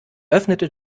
öffnete